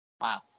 Wow